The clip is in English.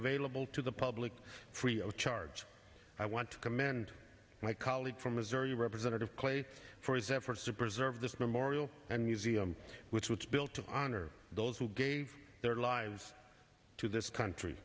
available to the public free of charge i want to commend my colleague from missouri representative clay for his efforts to preserve this memorial and museum which was built to honor those who gave their lives to this country